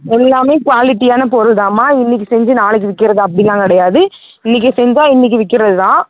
எல்லாமே குவாலிட்டியான பொருள்தாம்மா இன்றைக்கு செஞ்சு நாளைக்கு விற்கிறது அப்படிலாம் கிடையாது இன்றைக்கி செஞ்சால் இன்றைக்கி விற்கிறது தான்